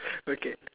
okay